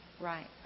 right